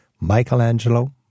Michelangelo